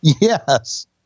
Yes